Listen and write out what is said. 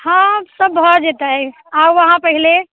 हँ सब भऽ जेतै आउ अहाँ पहिले